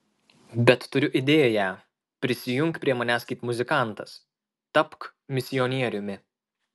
bet turiu idėją prisijunk prie manęs kaip muzikantas tapk misionieriumi